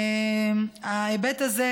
ההיבט הזה,